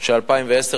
של 2010,